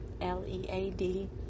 L-E-A-D